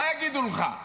מה יגידו לך?